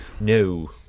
no